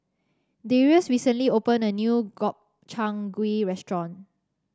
Darius recently opened a new Gobchang Gui Restaurant